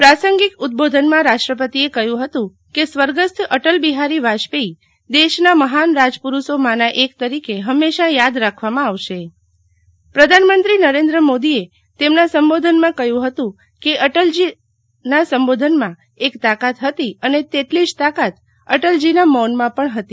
પ્રાસંગિક ઉદબો ધનમાં રાષ્ટ્રપતિએ કહ્યું હતું કે સ્વર્ગ સ્થ અટલ બિહારી વાજપે યી દેશના મહાન રાજપુરૂષો માના એક તરીકે હંમેશા યાદ રાખવામાં આવશે પ્રધાનમંત્રી નરેન્દ્ર મો દીએ તે મના સંબો ધનમાં કહ્યું હતું કે અટલજીના સંબો ધનમાં એક તાકાત હતી અને તે ટલી જ તાકાત અટલજીના મૌ નમાં પણ હતી